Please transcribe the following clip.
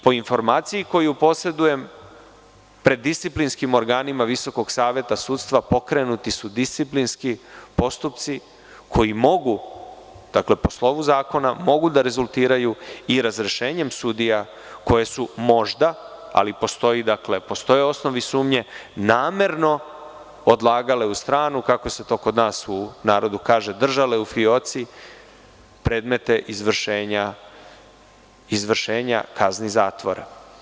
Po informaciji koju posedujem, pred disciplinskim organima Visokog saveta sudstva pokrenuti su disciplinski postupci koji po slovu zakona mogu da rezultiraju i razrešenjem sudija koje su možda, ali postoje osnovne sumnje, namerno odlagali u stranu, kako se to kod nas u narodu kaže – držale u fioci predmete izvršenja kazni zatvora.